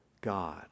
God